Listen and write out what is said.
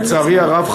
לצערי הרב,